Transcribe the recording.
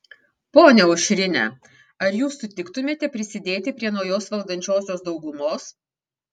ponia aušrine ar jūs sutiktumėte prisidėti prie naujos valdančiosios daugumos